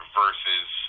versus